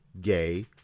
gay